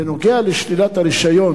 בנוגע לשלילת הרשיון